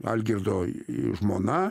algirdo žmona